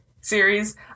series